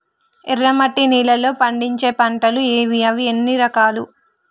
ఎర్రమట్టి నేలలో పండించే పంటలు ఏవి? అవి ఎన్ని రకాలు?